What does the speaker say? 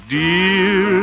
dear